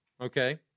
okay